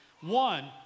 One